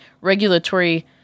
regulatory